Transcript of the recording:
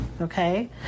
Okay